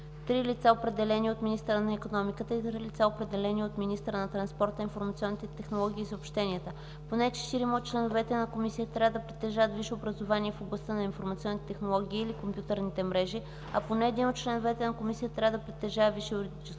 три лица, определени от министъра на икономиката и три лица, определени от министъра на транспорта, информационните технологии и съобщенията. Поне четирима от членовете на комисията трябва да притежават висше образование в областта на информационните технологии или компютърните мрежи, а поне един от членовете на комисията трябва да притежава висше юридическо